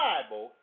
Bible